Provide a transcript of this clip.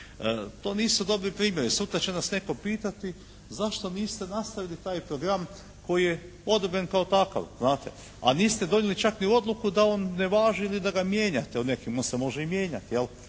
To nisu dobri primjeri. Sutra će nas netko pitati zašto niste nastavili taj program koji je odobren kao takav, znate. A niste donijeli čak ni odluku da on ne važi ili da ga mijenjati, jel, on se može i mijenjati,